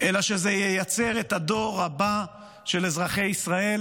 אלא שזה ייצר את הדור הבא של אזרחי ישראל